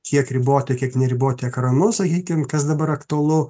kiek riboti kiek neriboti ekranus sakykim kas dabar aktualu